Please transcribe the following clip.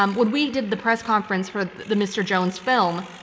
um when we did the press conference for the mr. jones film,